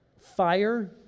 fire